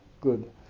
good